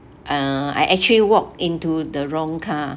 uh I actually walk into the wrong car